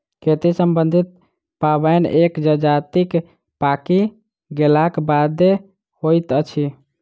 खेती सम्बन्धी पाबैन एक जजातिक पाकि गेलाक बादे होइत अछि